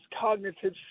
cognitive